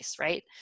right